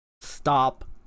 stop